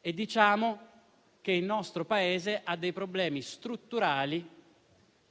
e diciamo che il nostro Paese ha problemi strutturali